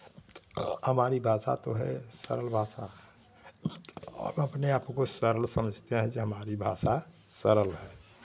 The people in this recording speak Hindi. हमारी भाषा तो है सरल भाषा आप अपने आपको सरल समझते हैं जे हमारी भाषा सरल है